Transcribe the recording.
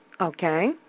Okay